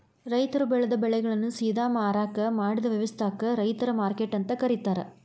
ರೈತರು ಬೆಳೆದ ಬೆಳೆಗಳನ್ನ ಸೇದಾ ಮಾರಾಕ್ ಮಾಡಿದ ವ್ಯವಸ್ಥಾಕ ರೈತರ ಮಾರ್ಕೆಟ್ ಅಂತ ಕರೇತಾರ